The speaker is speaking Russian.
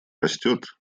растет